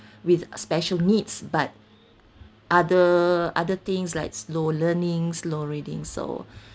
with special needs but other other things like slow learning slow reading so